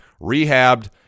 rehabbed